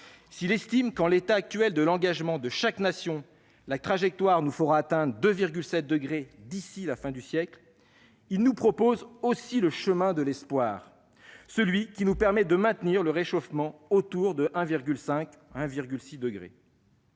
s'il estime que, en l'état actuel de l'engagement de chaque nation, la trajectoire nous fera atteindre 2,7 degrés durant cette période, il nous propose aussi le chemin de l'espoir, celui qui nous permettrait de maintenir le réchauffement autour de 1,5 degré